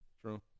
True